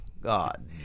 god